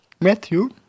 Matthew